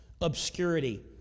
obscurity